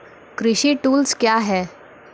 कृषि टुल्स क्या हैं?